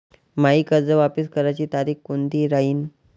मायी कर्ज वापस करण्याची तारखी कोनती राहीन?